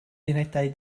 unedau